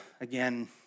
again